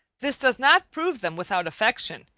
this does not prove them without affection,